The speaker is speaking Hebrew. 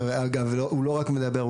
שאגב הוא לא רק מדבר,